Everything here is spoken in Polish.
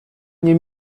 nie